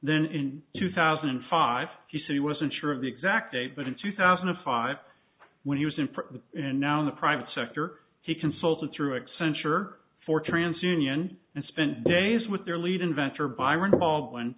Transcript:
then in two thousand and five he said he wasn't sure of the exact date but in two thousand and five when he was in the and now in the private sector he consulted through accenture for trans union and spent days with their lead inventor byron baldwin